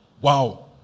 wow